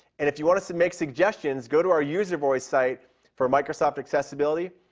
and if you want to make suggestions, go to our user voice site for microsoft accessibility,